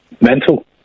mental